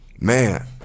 Man